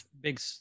big